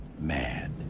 mad